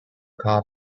car